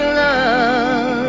love